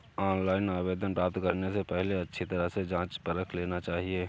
online आवेदन प्राप्त करने से पहले अच्छी तरह से जांच परख लेना चाहिए